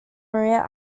maria